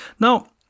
now